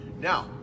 now